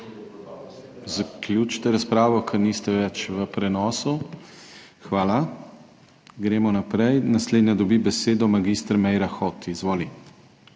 Zaključite razpravo, ker niste več v prenosu. Hvala. Gremo naprej. Naslednja dobi besedo mag. Meira Hot, izvoli.